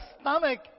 stomach